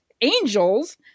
angels –